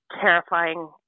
terrifying